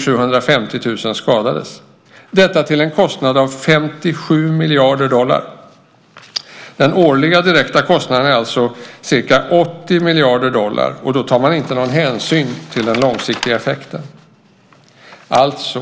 750 000 skadades, detta till en kostnad av 57 miljarder dollar. Den årliga direkta kostnaden är alltså ca 80 miljarder dollar, och då tar man inte någon hänsyn till den långsiktiga effekten.